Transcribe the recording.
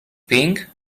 pink